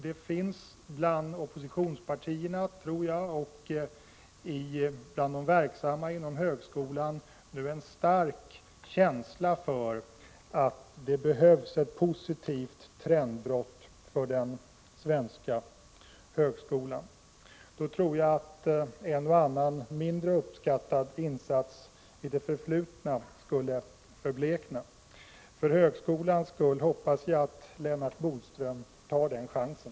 Det finns i dag bland oppositionspartierna, tror jag, och bland de verksamma inom högskolan en stark känsla för att det behövs ett positivt trendbrott för den svenska högskolan. En och annan mindre uppskattad insats i Lennart Bodströms förflutna skulle då förmodligen förblekna. För högskolans skull hoppas jag att Lennart Bodström tar den chansen.